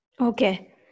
Okay